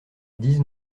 dix